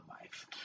life